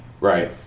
right